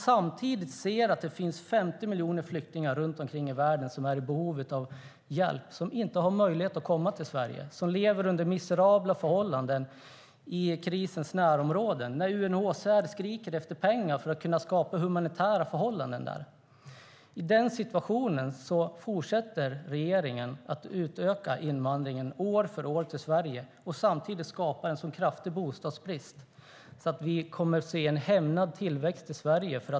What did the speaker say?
Samtidigt ser vi att det finns 50 miljoner flyktingar runt omkring i världen som har behov av hjälp och som inte har möjlighet att komma till Sverige. De lever i miserabla förhållanden i krisens närområden. UNHCR skriker efter pengar för att kunna skapa humanitära förhållanden där. I den situationen fortsätter regeringen att utöka invandringen år för år till Sverige. Samtidigt skapar man en så kraftig bostadsbrist att vi kommer att se en hämmad tillväxt i Sverige.